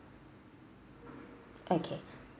okay